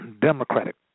Democratic